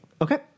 Okay